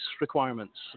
requirements